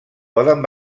poden